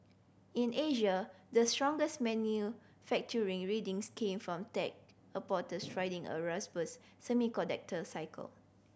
in Asia the strongest manufacturing readings came from tech riding a semiconductor cycle